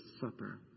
Supper